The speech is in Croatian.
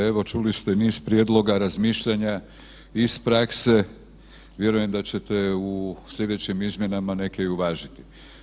Evo čuli ste niz prijedloga razmišljanja iz prakse, vjerujem da ćete u sljedećim izmjenama neke i uvažiti.